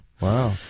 Wow